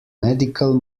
medical